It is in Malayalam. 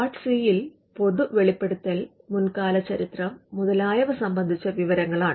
പാർട്ട് സി യിൽ പൊതു വെളിപ്പെടുത്തൽ മുൻകാല ചരിത്രം മുതലായവ സംബന്ധിച്ച വിവരങ്ങളാണ്